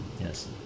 Yes